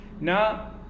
now